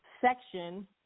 section